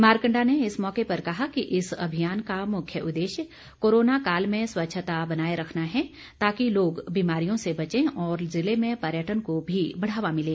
मारकंडा ने इस मौके पर कहा कि इस अभियान का मुख्य उद्देश्य कोरोना काल में स्वच्छता बनाए रखना है ताकि लोग बीमारियों से बचे और जिले में पर्यटन को भी बढ़ावा मिले